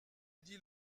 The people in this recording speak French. dit